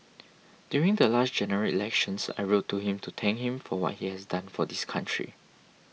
during the last General Elections I wrote to him to thank him for what he has done for this country